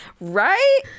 Right